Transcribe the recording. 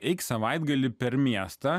eik savaitgalį per miestą